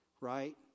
right